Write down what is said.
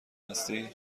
هستی